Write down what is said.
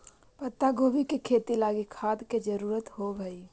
पत्तागोभी के खेती लागी खाद के जरूरत होब हई